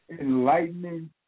enlightening